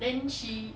then she